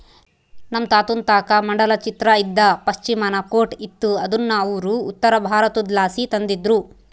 ನಮ್ ತಾತುನ್ ತಾಕ ಮಂಡಲ ಚಿತ್ರ ಇದ್ದ ಪಾಶ್ಮಿನಾ ಕೋಟ್ ಇತ್ತು ಅದುನ್ನ ಅವ್ರು ಉತ್ತರಬಾರತುದ್ಲಾಸಿ ತಂದಿದ್ರು